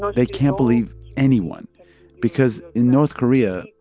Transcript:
so they can't believe anyone because in north korea,